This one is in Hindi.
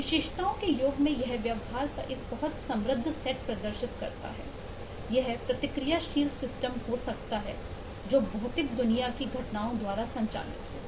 विशेषताओं के योग में यह व्यवहार का एक बहुत समृद्ध सेट प्रदर्शित करता है यह प्रतिक्रियाशील सिस्टम हो सकता है जो भौतिक दुनिया की घटनाओं द्वारा संचालित होगा